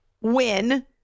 win